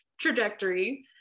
trajectory